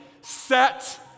set